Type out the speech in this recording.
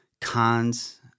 cons